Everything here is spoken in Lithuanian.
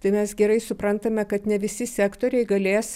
tai mes gerai suprantame kad ne visi sektoriai galės